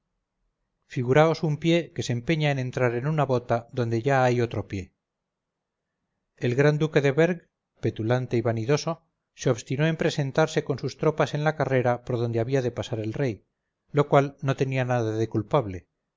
figuraos un pie que se empeña en entrar en una bota donde ya hay otro pie el gran duque de berg petulante y vanidoso se obstinó en presentarse con sus tropas en la carrera por donde había de pasar el rey lo cual no tenía nada de culpable